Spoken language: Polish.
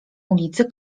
ulicy